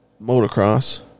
motocross